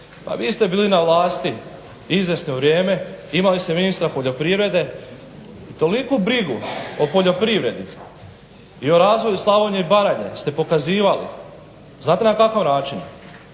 pa vi ste bili na vlasti izvjesno vrijeme, imali ste ministra poljoprivrede, toliku brigu o poljoprivredi i o razvoju Slavonije i Baranje ste pokazivali, znate na kakav način?